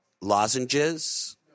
lozenges